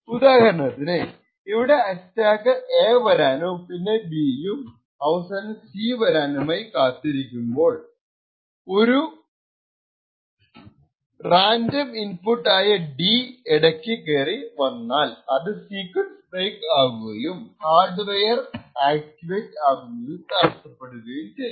ഉദാഹര ണത്തിന് ഇവിടെ അറ്റാക്കർ എവരാനും പിന്നെ ബിയും അവസാനം സി യും വരാനായി കാത്തിരിക്കുമ്പോൾ ഒരു റാൻഡം ഇന്പുട്ട് ഡി വന്നാൽ അത് സീക്വൻസ് ബ്രേക്ക് ആകുകയും ഹാർഡ്വെയർ ട്രോജൻ ആക്ടിവേറ്റ് ആകുന്നത് തടസ്സപ്പെടും